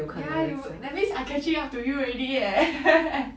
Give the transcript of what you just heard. ya you that means I catching up to you already eh